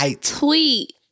tweet